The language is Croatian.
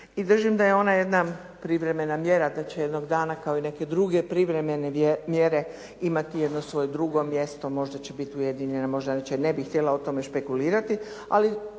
i držim da je ona privremena mjera, te će jednog dana kao i neke druge privremene mjere imati jedno svoje drugo mjesto, možda će biti ujedinjenja, možda neće. Ne bih htjela o tome špekulirati. Ali